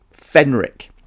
Fenric